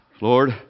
Lord